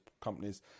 companies